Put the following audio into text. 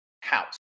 house